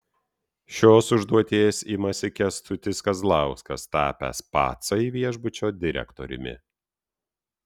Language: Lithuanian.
šios užduoties imasi kęstutis kazlauskas tapęs pacai viešbučio direktoriumi